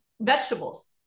vegetables